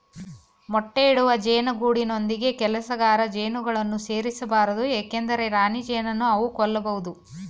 ಮೊಟ್ಟೆ ಇಡುವ ಜೇನು ಗೂಡಿನೊಂದಿಗೆ ಕೆಲಸಗಾರ ಜೇನುಗಳನ್ನು ಸೇರಿಸ ಬಾರದು ಏಕೆಂದರೆ ರಾಣಿಜೇನನ್ನು ಅವು ಕೊಲ್ಲಬೋದು